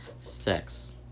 sex